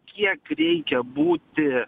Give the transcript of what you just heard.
kiek reikia būti